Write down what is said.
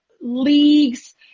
leagues